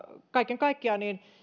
kaiken kaikkiaan